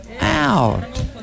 out